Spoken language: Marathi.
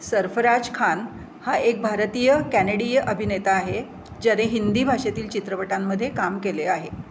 सरफराज खान हा एक भारतीय कॅनेडीय अभिनेता आहे ज्याने हिंदी भाषेतील चित्रपटांमध्ये काम केले आहे